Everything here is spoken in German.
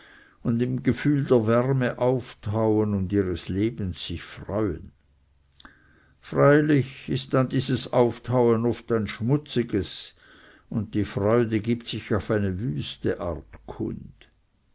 und im gefühl der wärme auftauen und ihres lebens sich freuen freilich ist dann dieses auftauen oft ein schmutziges und die freude gibt sich auf eine wüste art kund